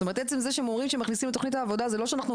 זאת אומרת שעצם זה שהם אומרים שהם מכניסים לתוכנית העבודה זה לא שאנחנו